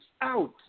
out